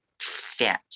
fit